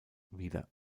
wieder